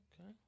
Okay